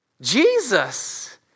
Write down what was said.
Jesus